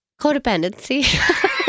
Codependency